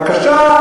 בבקשה,